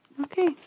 Okay